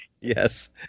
Yes